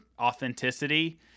authenticity